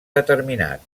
determinat